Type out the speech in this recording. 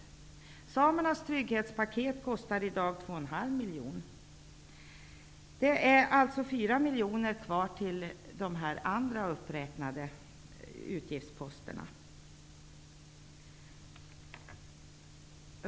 Samernas trygghetspaket kostar i dag 2,5 miljoner kronor. Det är alltså 4 miljoner kvar till de andra uppräknade utgiftsposterna.